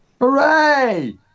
Hooray